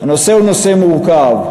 הנושא הוא נושא מורכב.